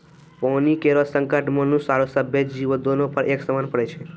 पानी केरो संकट मनुष्य आरो सभ्भे जीवो, दोनों पर एक समान पड़ै छै?